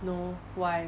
no why